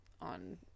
On